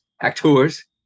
Actors